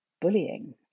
bullying